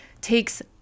takes